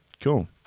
cool